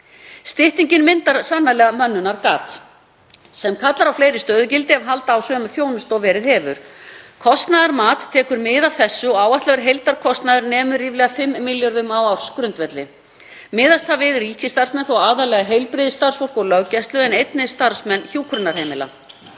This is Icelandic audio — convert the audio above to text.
Styttingin myndar sannarlega mönnunargat sem kallar á fleiri stöðugildi ef halda á sömu þjónustu og verið hefur. Kostnaðarmat tekur mið af þessu og áætlaður heildarkostnaður nemur ríflega 5 milljörðum á ársgrundvelli. Miðast það við ríkisstarfsmenn, þó aðallega heilbrigðisstarfsfólk og löggæslu, en einnig starfsmenn hjúkrunarheimila.